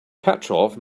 petrov